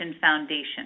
foundation